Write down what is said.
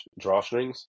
drawstrings